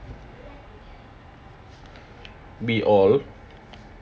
we all